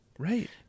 Right